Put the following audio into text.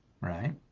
right